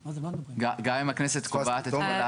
גם אם הכנסת קובעת את ---?